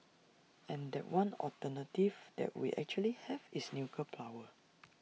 and that one alternative that we actually have is nuclear power